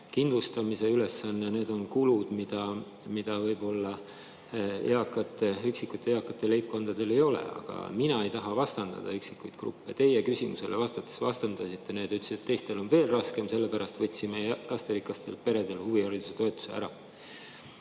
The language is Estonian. kindlustamise ülesanne. Need on kulud, mida võib-olla eakatel, üksikute eakate leibkondadel, ei ole. Aga mina ei taha vastandada üksikuid gruppe, teie küsimusele vastates vastandasite. Te ütlesite, et teistel on veel raskem, sellepärast võtsime lasterikastelt peredelt huvihariduse toetuse